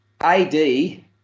AD